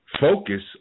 focus